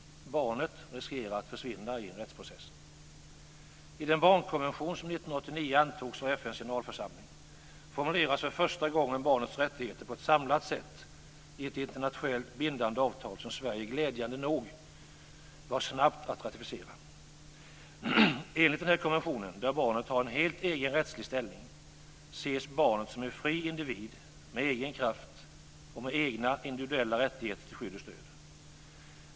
Barnet riskerar att försvinna i rättsprocessen. I den barnkonvention som 1989 antogs av FN:s generalförsamling formuleras för första gången barnets rättigheter på ett samlat sätt i ett internationellt bindande avtal som Sverige glädjande nog var snabbt att ratificera. Enligt denna konvention, där barnet har en helt egen rättslig ställning, ses barnet som en fri individ med egen kraft och med egna individuella rättigheter när det gäller skydd och stöd.